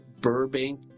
Burbank